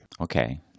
Okay